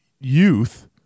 youth